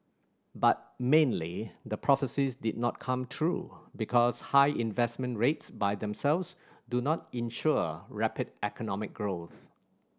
but mainly the prophecies did not come true because high investment rates by themselves do not ensure rapid economic growth